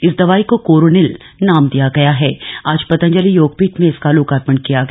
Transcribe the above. इस दवाई को कोरोनिल नाम दिया गया हथा आज पतंजलि योगपीठ में इसका लोकार्पण किया गया